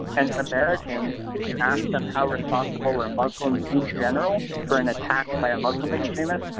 and americans if you ask them how responsible are muslims in general for an attack by a muslim extremist,